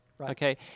okay